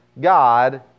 God